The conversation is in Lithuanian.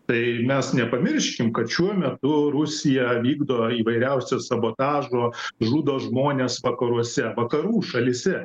tai mes nepamirškim kad šiuo metu rusija vykdo įvairiausius sabotažo žudo žmones vakaruose vakarų šalyse